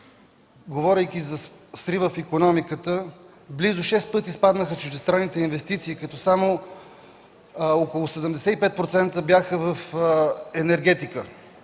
говорейки за срива в икономиката, близо шест пъти спаднаха чуждестранните инвестиции, като само около 75% бяха в енергетиката.